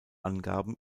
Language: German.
angaben